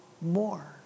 more